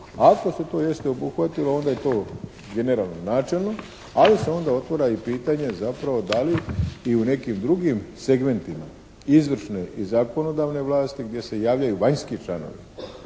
Ako se to jeste obuhvatilo onda je to generalno načelno, ali se onda otvara i pitanje zapravo da li i u nekim drugim segmentima izvršne i zakonodavne vlasti gdje se javljaju vanjski članovi